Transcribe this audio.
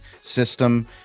system